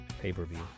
pay-per-view